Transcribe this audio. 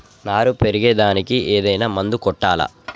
నారు పెరిగే దానికి ఏదైనా మందు కొట్టాలా?